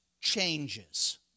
changes